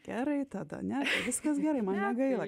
gerai tada ne viskas gerai man negaila